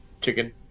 chicken